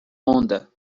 onda